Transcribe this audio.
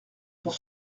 pour